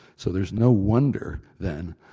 so there's no wonder then,